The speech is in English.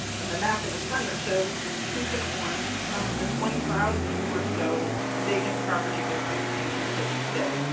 and the map in the center shows in pink and orange some of the twenty thousand or so vacant properties existing in the city today.